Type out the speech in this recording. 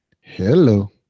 Hello